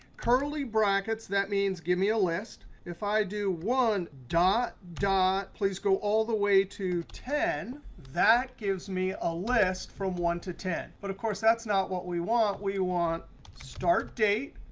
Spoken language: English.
curly brackets, that means give me a list. if i do one, dot dot, please go all the way to ten, that gives me a list from one to ten. but of course, that's not what we want. we want start date,